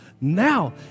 now